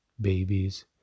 babies